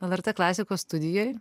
lrt klasikos studijoj